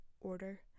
order